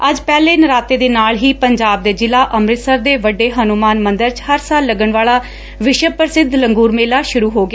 ਅਜ ਪਹਿਲੇ ਨਰਾਤੇ ਦੇ ਨਾਲ ਹੀ ਪੰਜਾਬ ਦੇ ਜ਼ਿਲਾ ਅੰਮਿਤਸਰ ਦੇ ਵੱਡੇ ਹੰਨੁਮਾਨ ਮੰਦਰ ਚ ਹਰ ਸਾਲ ਲੱਗਣ ਵਾਲਾ ਵਿਸ਼ਵ ਪ੍ਸਿੱਧ ਲੰਗੁਰ ਮੇਲਾ ਸੁਰੁ ਹੋ ਗਿਆ